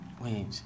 Wait